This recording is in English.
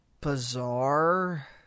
bizarre